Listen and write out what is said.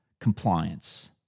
compliance